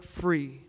free